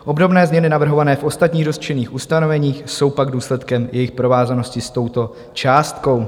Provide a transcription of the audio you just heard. Obdobné změny navrhované v ostatních dotčených ustanoveních jsou pak důsledkem jejich provázanosti s touto částkou.